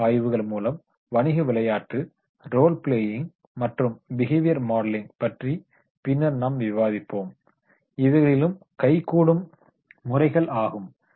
வழக்கு ஆய்வுகள் மூலம் வணிக விளையாட்டு ரோல் பிளேயிங் மற்றும் பிஹேவியர் மாடலிங் பற்றி பின்னர் நாம் விவாதிப்போம் இவைகளிலும் கைகூடும் முறைகள் ஆகும்